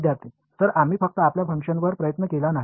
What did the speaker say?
विद्यार्थी सर आम्ही फक्त आपल्या फंक्शनवर प्रयत्न केला नाही